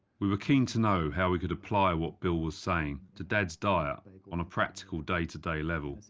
we were keen to know how we could apply what bill was saying to dad's diet on a practical, day-to-day level.